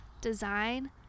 design